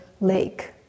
lake